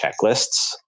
checklists